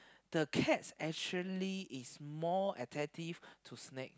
the cats actually is more attractive to snake